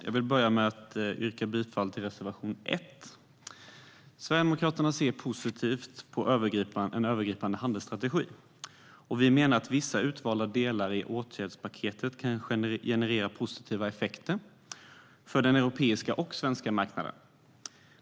Herr talman! Jag yrkar bifall till reservation 1. Sverigedemokraterna ser positivt på en övergripande handelsstrategi och menar att vissa utvalda delar av åtgärdspaketet kan generera positiva effekter för både den europeiska och den svenska marknaden.